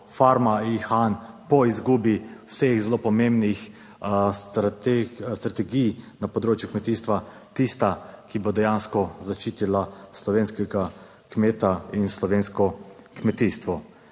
Farma Ihan po izgubi vseh zelo pomembnih strategij na področju kmetijstva tista, ki bo dejansko zaščitila slovenskega kmeta in slovensko kmetijstvo.